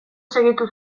segitu